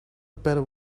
better